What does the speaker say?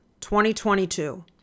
2022